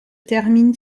termine